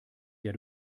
der